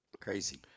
Crazy